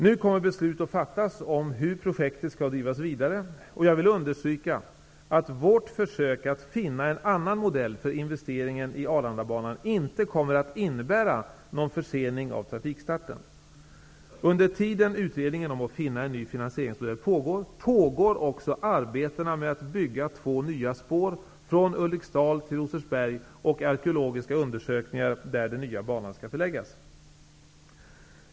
Nu kommer beslut att fattas om hur projektet skall bedrivas vidare, och jag vill understryka att vårt försök att finna en annan modell för investeringen i Arlandabanan inte kommer att innebära någon försening av trafikstarten. Under tiden utredningen om att finna en ny finansieringsmodell pågår, pågår också arbetena med att bygga två nya spår från Ulriksdal till Rosersberg och arkeologiska undersökningar där den nya banan skall förläggas.